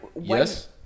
Yes